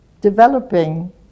developing